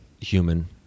human